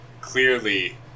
clearly